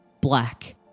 black